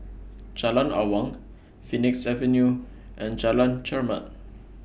Jalan Awang Phoenix Avenue and Jalan Chermat